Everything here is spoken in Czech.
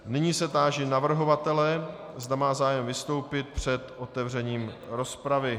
Nyní se táži navrhovatele, zda má zájem vystoupit před otevřením rozpravy.